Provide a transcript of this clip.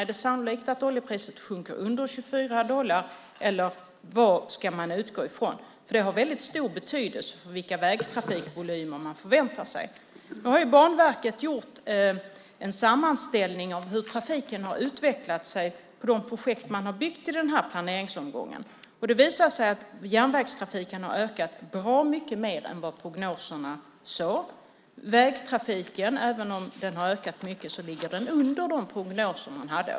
Är det sannolikt att oljepriset sjunker under 24 dollar, eller vad ska man utgå från? Det har väldigt stor betydelse för vilka vägtrafikvolymer man förväntar sig. Nu har Banverket gjort en sammanställning av hur trafiken har utvecklat sig för de projekt man har byggt i den här planeringsomgången. Det visar sig att järnvägstrafiken har ökat bra mycket mer än vad prognoserna sade. Vägtrafiken, även om den har ökat mycket, ligger under de prognoser man hade.